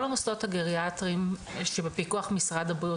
כל המוסדות הגריאטריים שבפיקוח משרד הבריאות,